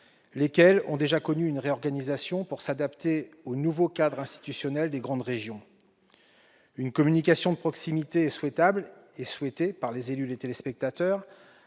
lesquels ont déjà connu une réorganisation afin de leur permettre de s'adapter au nouveau cadre institutionnel des grandes régions. Une communication de proximité est souhaitable, et souhaitée, par les élus et les téléspectateurs,